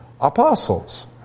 apostles